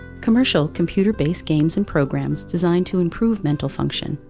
commercial computer-based games and programs designed to improve mental function,